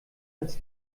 als